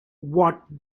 what